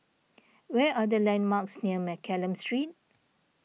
where are the landmarks near Mccallum Street